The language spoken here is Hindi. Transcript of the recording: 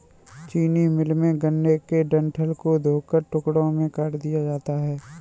चीनी मिल में, गन्ने के डंठल को धोकर टुकड़ों में काट दिया जाता है